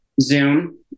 Zoom